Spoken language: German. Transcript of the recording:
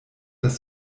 das